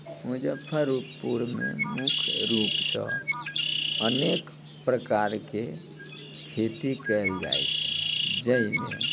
मुजफ्फरपुरमे मुख्य रूप सँ अनेक प्रकारके खेती कयल जाइत छै ईमे